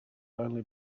only